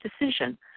decision